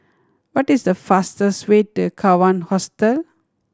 what is the fastest way to Kawan Hostel